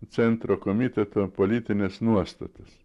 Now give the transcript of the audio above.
centro komiteto politines nuostatas